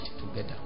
together